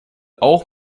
auch